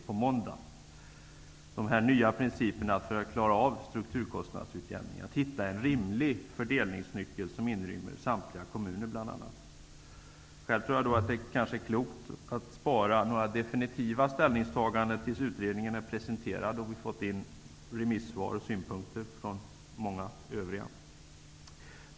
Det gäller de nya principerna för att klara av strukturkostnadsutjämningen, att hitta en rimlig fördelningsnyckel som bl.a. inrymmer samtliga kommuner. Jag tror att det kanske är klokt att spara det definitiva ställningstagandet tills utredningen är presenterad och vi har fått in remissvar och synpunkter från många övriga.